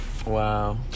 Wow